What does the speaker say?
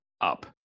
up